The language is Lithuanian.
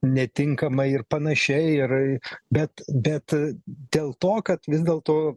netinkamai ir panašiai ir bet bet dėl to kad vis dėlto